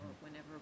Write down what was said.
whenever